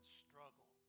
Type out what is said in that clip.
struggle